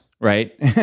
right